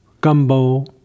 gumbo